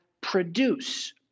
produce